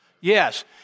Yes